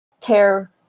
tear